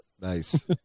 Nice